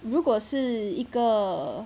如果是一个